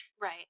Right